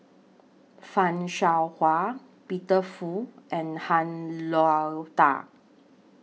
fan Shao Hua Peter Fu and Han Lao DA